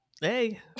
Hey